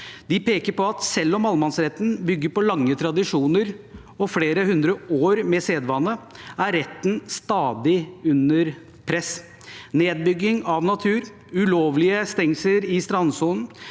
De peker på at selv om allemannsretten bygger på lange tradisjoner og flere hundre år med sedvane, er retten stadig under press. Nedbygging av natur, ulovlige stengsler i strandsonen,